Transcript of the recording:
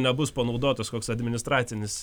nebus panaudotas koks administracinis